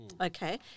okay